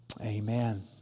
Amen